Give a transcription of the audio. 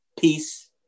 peace